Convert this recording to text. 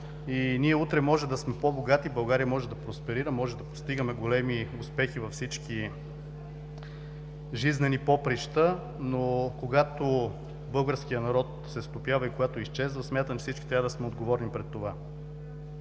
Ние утре може да сме по-богати, България може да просперира, може да постигаме големи успехи във всички жизнени поприща, но когато българският народ се стопява и когато изчезва, смятам, всички трябва да сме отговорни пред това.